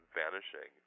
vanishing